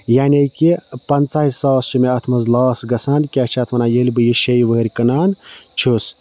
یعنی کہِ پنٛژٕہَے ساس چھِ مےٚ اَتھ منٛز لاس گژھان کیٛاہ چھِ اَتھ وَنان ییٚلہِ بہٕ یہِ شیٚیہِ ؤہٕرۍ کٕنان چھُس